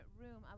room